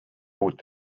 uut